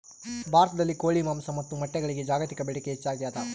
ಭಾರತದಲ್ಲಿ ಕೋಳಿ ಮಾಂಸ ಮತ್ತು ಮೊಟ್ಟೆಗಳಿಗೆ ಜಾಗತಿಕ ಬೇಡಿಕೆ ಹೆಚ್ಚಾಗ್ಯಾದ